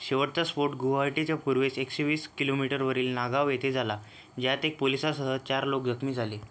शेवटचा स्फोट गुवाहाटीच्या पूर्वेस एकशेवीस किलोमीटरवरील नागाव येथे झाला यात एक पोलिसासह चार लोक जखमी झाले